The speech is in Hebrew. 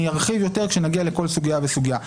אני ארחיב יותר כשנגיע לכל סוגיה וסוגיה.